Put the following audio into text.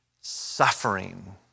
suffering